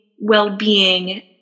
well-being